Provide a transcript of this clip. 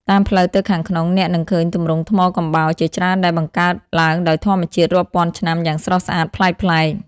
តាមផ្លូវទៅខាងក្នុង អ្នកនឹងឃើញទម្រង់ថ្មកំបោរ ជាច្រើនដែលបង្កើតឡើងដោយធម្មជាតិរាប់ពាន់ឆ្នាំយ៉ាងស្រស់ស្អាតប្លែកៗ។